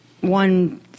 one